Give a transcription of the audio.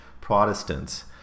Protestants